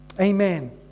amen